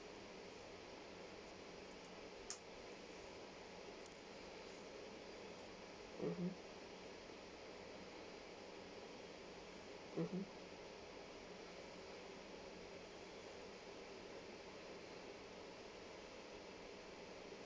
mmhmm mmhmm